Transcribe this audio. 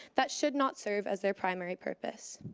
that should not serve as their primary purpose.